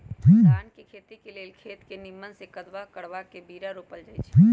धान के खेती लेल खेत के निम्मन से कदबा करबा के बीरा रोपल जाई छइ